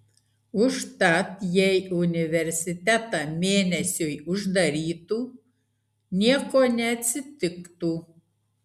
užtat jei universitetą mėnesiui uždarytų nieko neatsitiktų